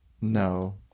No